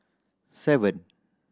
seven